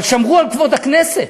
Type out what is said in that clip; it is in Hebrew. אבל שמרו על כבוד הכנסת.